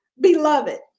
Beloved